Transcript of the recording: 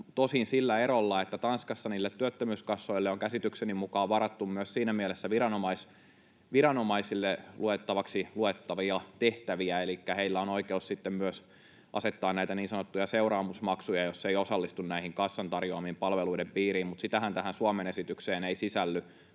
tosin sillä erolla, että Tanskassa niille työttömyyskassoille on käsitykseni mukaan varattu myös siinä mielessä viranomaisille luettavia tehtäviä, että heillä on oikeus myös asettaa näitä niin sanottuja seuraamusmaksuja, jos ei osallistu näiden kassan tarjoamien palveluiden piiriin. Mutta sitähän tähän Suomen esitykseen ei sisälly,